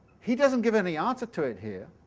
he doesn't give any answer to it here.